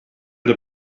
der